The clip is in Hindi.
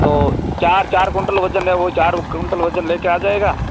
तो चार चार क्विंटल वज़न है वह चार क्विंटल वज़न लेकर आ जाएगा